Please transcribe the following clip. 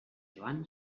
joan